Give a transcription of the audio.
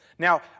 Now